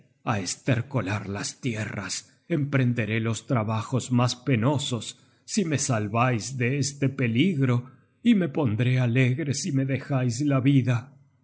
decia á estercolar las tierras emprenderé los trabajos mas penosos si me salvais de este peligro y me pondré alegre si me dejais la vida